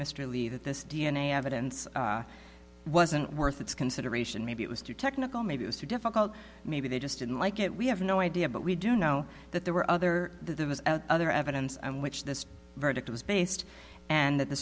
mr lee that this d n a evidence wasn't worth its consideration maybe it was too technical maybe it was too difficult maybe they just didn't like it we have no idea but we do know that there were other the other evidence on which this verdict was based and that the